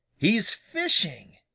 he's fishing!